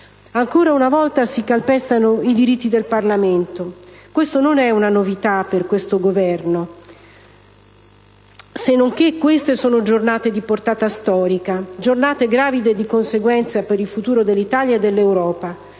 Ancora una volta si calpestano i diritti del Parlamento. Questa non è una novità per questo Governo. Se non che, queste sono giornate di portata storica, gravide di conseguenze per il futuro dell'Italia e dell'Europa,